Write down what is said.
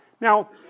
Now